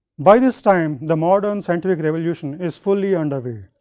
by this time the modern scientific revolution is fully underway,